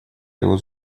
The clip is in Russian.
его